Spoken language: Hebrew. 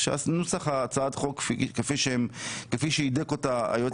שנוסח הצעת החוק כפי שהידק אותה היועץ